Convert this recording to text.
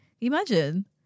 Imagine